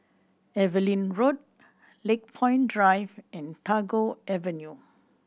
Evelyn Road Lakepoint Drive and Tagore Avenue